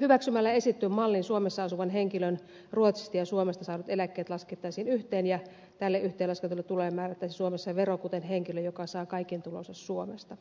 hyväksymällä esitetyn mallin suomessa asuvan henkilön ruotsista ja suomesta saadut eläkkeet laskettaisiin yhteen ja tälle yhteenlasketulle tulolle määrättäisiin suomessa vero kuten henkilölle joka saa kaiken tulonsa suomesta